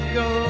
go